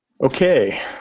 Okay